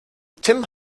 tim